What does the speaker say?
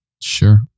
Sure